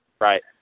Right